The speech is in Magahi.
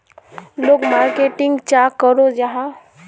लोग मार्केटिंग चाँ करो जाहा?